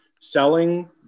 selling